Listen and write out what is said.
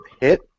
hit